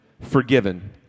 Forgiven